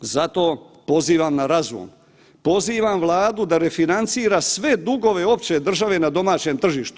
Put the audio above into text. Zato pozivam na razum, pozivam Vladu da refinancira sve dugove opće države na domaćem tržištu.